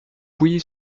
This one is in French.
pouilly